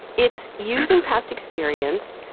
it's using past experience,